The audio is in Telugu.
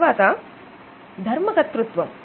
తర్వాత ధర్మకర్తృత్వము